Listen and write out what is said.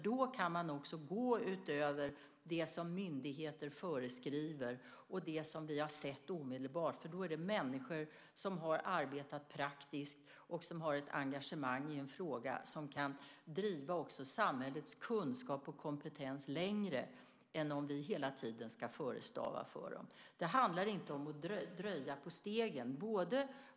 Då kan man också gå utöver det som myndigheter föreskriver och det som vi har sett omedelbart, för då är det människor som har arbetat praktiskt, som har ett engagemang i en fråga och som kan driva samhällets kunskap och kompetens längre än om vi hela tiden ska förestava för dem. Det handlar inte om att dröja på stegen.